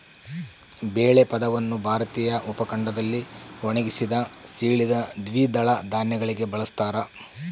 ಬೇಳೆ ಪದವನ್ನು ಭಾರತೀಯ ಉಪಖಂಡದಲ್ಲಿ ಒಣಗಿಸಿದ, ಸೀಳಿದ ದ್ವಿದಳ ಧಾನ್ಯಗಳಿಗೆ ಬಳಸ್ತಾರ